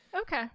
Okay